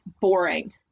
boring